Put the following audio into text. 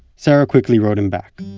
sarah quickly wrote him back